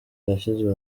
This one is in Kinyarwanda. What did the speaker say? yashyizwe